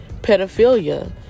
pedophilia